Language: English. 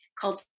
called